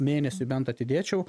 mėnesiui bent atidėčiau